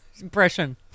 impression